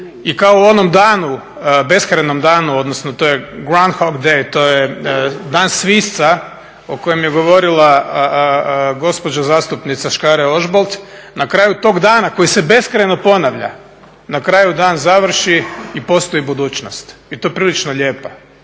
i kao u onom danom, beskrajnom danu odnosno to je grand hock day, to je dan svisca o kojem je govorila gospođa zastupnica Škare-Ožbolt, na kraju tog dana koji se beskrajno ponavlja, na kraju dan završi i postoji budućnost i to prilično lijepa.